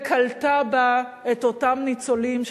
וקלטה בה את אותם ניצולים,